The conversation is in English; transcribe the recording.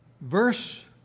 verse